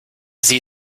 sie